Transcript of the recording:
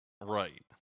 Right